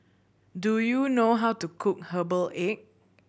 do you know how to cook herbal egg